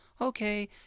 Okay